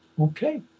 Okay